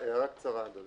הערה קצרה, אדוני.